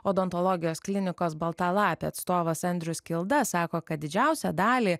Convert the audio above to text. odontologijos klinikos balta lapė atstovas andrius kilda sako kad didžiausią dalį